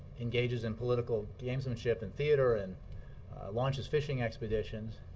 engages in political gamesmanship and theater, and launches fishing expeditions.